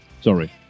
Sorry